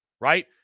right